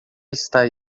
está